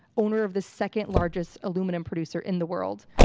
owner of the second largest aluminum producer in the world,